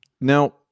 now